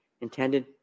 intended